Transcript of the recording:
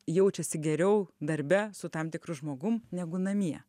jaučiasi geriau darbe su tam tikru žmogum negu namie